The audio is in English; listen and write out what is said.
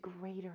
greater